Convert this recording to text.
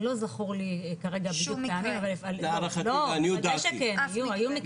לא זכור לי כרגע בדיוק כמה פעמים, היו מקרים.